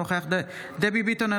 אינו נוכח דבי ביטון,